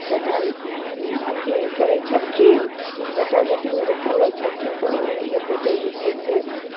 तऽ जहन अथी करै छलखिन जटा जटिन जे खेलाइ छलखिन तऽ ओइमे एक गोटेके जे छै से